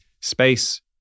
space